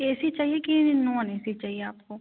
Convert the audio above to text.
ए C चाहिए कि non A C चाहिए आपको